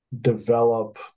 develop